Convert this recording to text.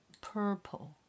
purple